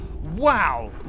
Wow